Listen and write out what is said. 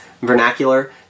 vernacular